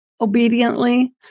obediently